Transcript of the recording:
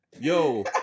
yo